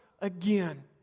again